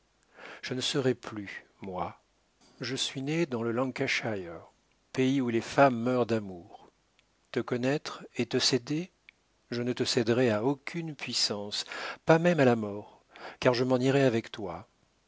je ne serais plus moi je suis née dans le lancashire pays où les femmes meurent d'amour te connaître et te céder je ne te céderais à aucune puissance pas même à la mort car je m'en irais avec toi